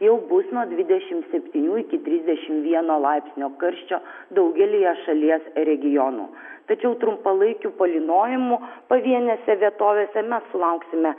jau bus nuo dvidešim septynių iki trisdešim vieno laipsnio karščio daugelyje šalies regionų tačiau trumpalaikių palynojimų pavienėse vietovėse mes sulauksime